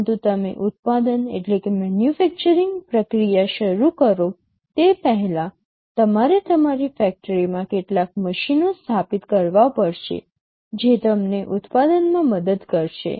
પરંતુ તમે ઉત્પાદન પ્રક્રિયા શરૂ કરો તે પહેલાં તમારે તમારી ફેક્ટરીમાં કેટલાક મશીનો સ્થાપિત કરવા પડશે જે તમને ઉત્પાદનમાં મદદ કરશે